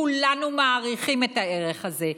כולנו מעריכים את הערך הזה,